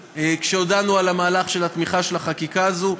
כשהודענו על המהלך של התמיכה בחקיקה הזאת.